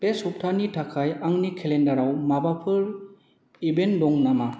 बे सप्तानि थाखाय आंनि केलेन्डाराव माबाफोर इभेन्ट दं नामा